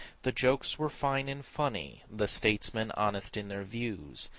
the jokes were fine and funny, the statesmen honest in their views,